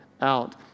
out